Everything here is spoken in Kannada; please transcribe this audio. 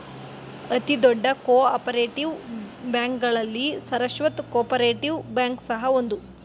ಅತಿ ದೊಡ್ಡ ಕೋ ಆಪರೇಟಿವ್ ಬ್ಯಾಂಕ್ಗಳಲ್ಲಿ ಸರಸ್ವತ್ ಕೋಪರೇಟಿವ್ ಬ್ಯಾಂಕ್ ಸಹ ಒಂದು